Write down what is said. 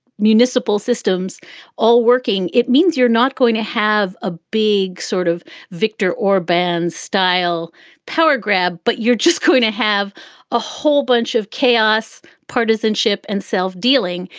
municipal systems all working. it means you're not going to have a big sort of victor or band style power grab, but you're just going to have a whole bunch of chaos, partisanship and self-dealing.